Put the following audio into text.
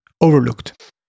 Overlooked